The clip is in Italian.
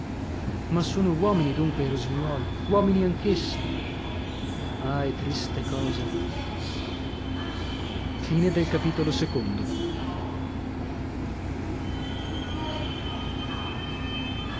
ma sono uomini dunque i rosignuoli uomini anch'essi ahi triste cosa i